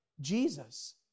Jesus